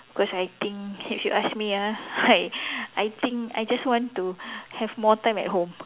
because I think if you ask me ah I I think I just want to have more time at home